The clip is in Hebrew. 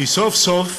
כי סוף-סוף,